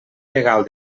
legal